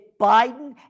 Biden